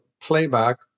playback